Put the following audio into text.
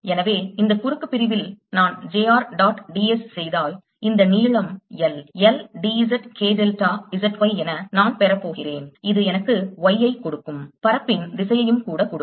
எனவே இந்த குறுக்கு பிரிவில் நான் j r dot d s செய்தால் இந்த நீளம் L L d z K delta Z y என நான் பெறபோகிறேன் இது எனக்கு y ஐ கொடுக்கும் பரப்பின் திசையையும் கூட கொடுக்கும்